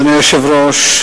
אדוני היושב-ראש,